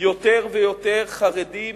יותר ויותר חרדים